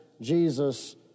Jesus